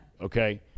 okay